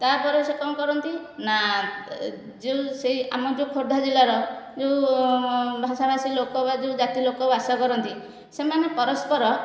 ତା'ପରେ ସେ କ'ଣ କରନ୍ତି ନାଁ ଯେଉଁ ସେଇ ଆମର ଯେଉଁ ଖୋର୍ଦ୍ଧା ଜିଲ୍ଲାର ଯେଉଁ ଭାଷାଭାଷି ଲୋକ ବା ଜାତି ଲୋକ ବାସ କରନ୍ତି ସେମାନେ ପରସ୍ପର